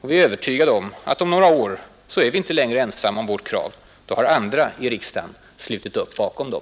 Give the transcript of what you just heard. Vi är övertygade om att efter några år är vi inte längre ensamma om våra krav. Då har andra i riksdagen slutit upp bakom dem.